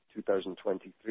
2023